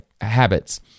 habits